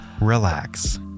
relax